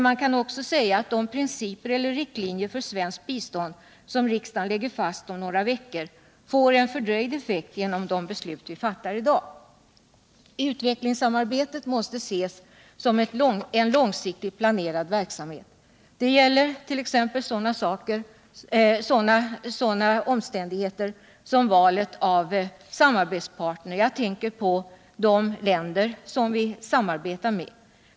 Man kan också säga att de principer och riktlinjer för svenskt bistånd som riksdagen lägger fast om några veckor får fördröjd effekt genom de beslut som vi fattar i dag. Utvecklingssamarbetet skall ses som en långsiktigt planerad verksamhet. Det gäller t.ex. sådana omständigheter som valet av samarbetspartner. Jag tänker på de länder som Sverige samarbetar med.